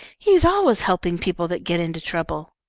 he's always helping people that get into trouble.